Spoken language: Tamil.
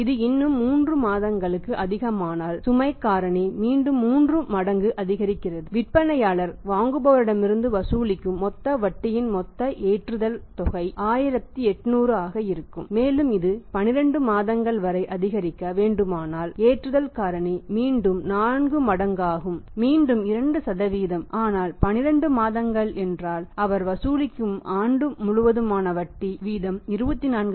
இது இன்னும் 3 மாதங்களுக்கு அதிகமானால் சுமை காரணி மீண்டும் 3 மடங்கு அதிகரிக்கிறது விற்பனையாளர் வாங்குபவரிடமிருந்து வசூலிக்கும் மொத்த வட்டியின் மொத்த ஏற்றுதல் தொகை 1800 ஆக இருக்கும் மேலும் இது 12 மாதங்கள் வரை அதிகரிக்க வேண்டுமானால் லோடிங் ஃபேக்டர் மீண்டும் 4 மடங்காகும் மீண்டும் 2 ஆனால் 12 மாதங்கள் என்றால் அவர் வசூலிக்கும் ஆண்டு முழுவதுமான வட்டி வீதம் 24